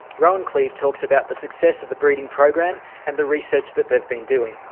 rohan cleave talks about the success of the breeding program and the research that they've been doing.